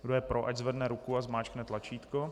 Kdo je pro, ať zvedne ruku a zmáčkne tlačítko.